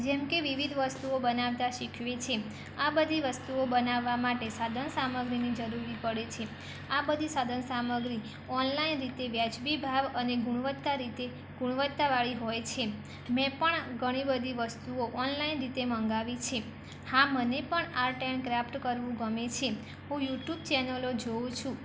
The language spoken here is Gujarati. જેમ કે વિવિધ વસ્તુઓ બનાવતા શીખવી છે આ બધી વસ્તુઓ બનાવવા માટે સાધન સામગ્રીની જરુર પડે છે આ બધી સાધન સામગ્રી ઓનલાઇન રીતે વ્યાજબી ભાવ અને ગુણવત્તા રીતે ગુણવત્તાવાળી હોય છે મેં પણ ઘણી બધી વસ્તુઓ ઓનલાઇન રીતે મગાવી છે હા મને પણ આર્ટ એન્ડ ક્રાફ્ટ કરવું ગમે છે હું યુટુબ ચેનલો જોઉં છું